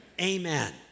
Amen